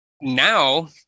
now